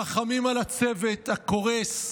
רחמים על הצוות הקורס,